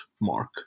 mark